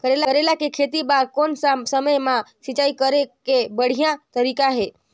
करेला के खेती बार कोन सा समय मां सिंचाई करे के बढ़िया तारीक हे?